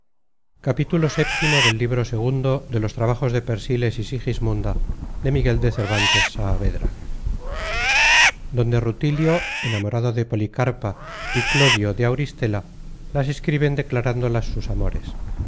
donde rutilio enamorado de policarpa y clodio de auristela las escriben decla rándolas sus amores